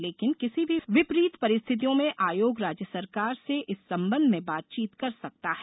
लेकिन किसी भी वितरीत परिस्थितियों में आयोग राज्य सरकार से इस संबंध में बातचीत कर सकता है